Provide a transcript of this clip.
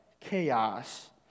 chaos